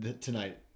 tonight